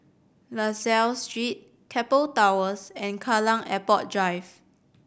La Salle Street Keppel Towers and Kallang Airport Drive